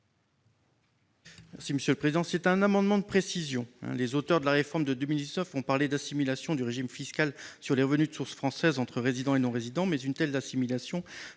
Le Gleut. Il s'agit d'un amendement de précision. Les auteurs de la réforme de 2019 ont parlé d'assimilation du régime fiscal sur les revenus de source française entre résidents et non-résidents, mais une telle assimilation